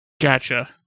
Gotcha